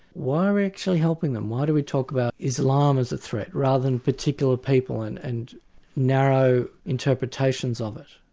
why are we actually helping them, why do we talk about islam as a threat rather than particular people and and narrow interpretations of it?